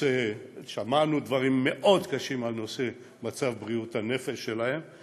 ושמענו דברים מאוד קשים בנושא מצב בריאות הנפש שלהם,